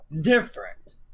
different